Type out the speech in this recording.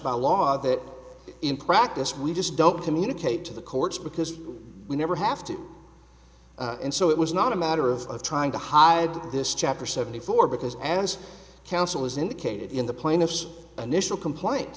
by law that in practice we just don't communicate to the courts because we never have to and so it was not a matter of trying to hide this chapter seventy four because as counsel has indicated in the plaintiff's initial complain